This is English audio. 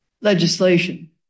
legislation